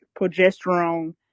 progesterone